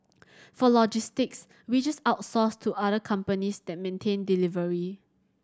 for logistics we just outsource to other companies that maintain delivery